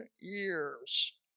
years